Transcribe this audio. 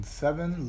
seven